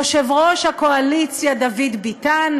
יושב-ראש הקואליציה דוד ביטן,